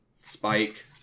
Spike